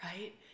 Right